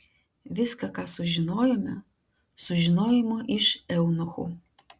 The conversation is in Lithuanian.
viską ką sužinojome sužinojome iš eunuchų